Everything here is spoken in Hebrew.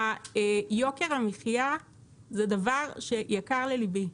יוקר המחיה זה דבר יקר לליבי.